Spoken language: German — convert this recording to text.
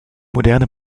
moderne